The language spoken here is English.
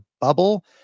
bubble